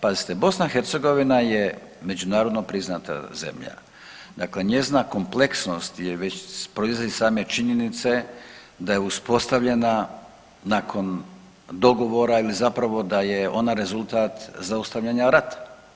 Pazite, BiH je međunarodno priznata zemlja, dakle njezina kompleksnost proizlazi iz same činjenice da je uspostavljena nakon dogovore ili zapravo da je ona rezultat zaustavljanja rata.